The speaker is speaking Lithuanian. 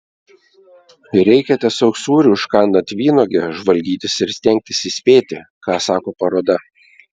reikia tiesiog sūrį užkandant vynuoge žvalgytis ir stengtis įspėti ką sako paroda